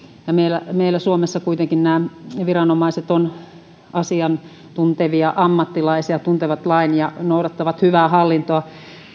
meillä meillä suomessa kuitenkin nämä viranomaiset ovat asiantuntevia ammattilaisia tuntevat lain ja noudattavat hyvää hallintoa